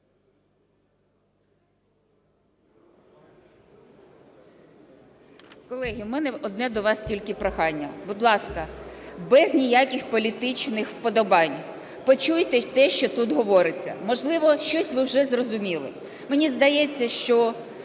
Колеги, у мене одне до вас тільки прохання. Будь ласка, без ніяких політичних вподобань почуйте те, що тут говориться. Можливо, щось ви вже зрозуміли. Мені здається, що